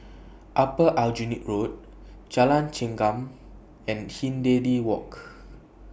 Upper Aljunied Road Jalan Chengam and Hindhede Walk